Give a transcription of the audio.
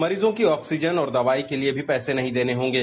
मरीजों को ऑक्सीजन और दवाई के लिए भी पैसे नहीं देने होंगे